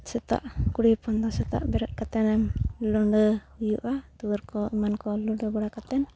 ᱥᱮᱛᱟᱜ ᱠᱩᱲᱤ ᱦᱚᱯᱚᱱᱫᱚ ᱥᱮᱛᱟᱜ ᱵᱮᱨᱮᱫ ᱠᱟᱛᱮᱢ ᱞᱩᱰᱟᱹ ᱦᱩᱭᱩᱜᱼᱟ ᱫᱩᱣᱟᱹᱨ ᱠᱚ ᱮᱢᱟᱱ ᱠᱚ ᱞᱩᱰᱟᱹ ᱵᱟᱲᱟ ᱠᱟᱛᱮᱫ